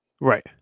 Right